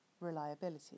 reliability